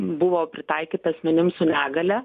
buvo pritaikyta asmenims su negalia